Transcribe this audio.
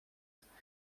сегодня